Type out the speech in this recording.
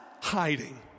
hiding